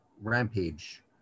rampage